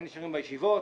הם נשארים ביחידות,